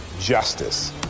justice